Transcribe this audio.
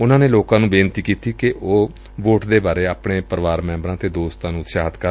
ਉਨੂਾ ਨੇ ਲੋਕਾ ਨੂੰ ਬੇਨਤੀ ਕੀਤੀ ਕਿ ਉਹ ਵੋਟ ਦੇ ਬਾਰੇ ਆਪਣੇ ਪਰਿਵਾਰ ਮੈਂਬਰਾਂ ਅਤੇ ਦੋਸ਼ਤਾਂ ਨੂੰ ਉਤਸ਼ਾਹਿਤ ਕਰਨ